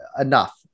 enough